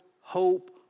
hope